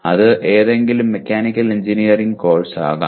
അത് ഏതെങ്കിലും mechanical engineering കോഴ്സാകാം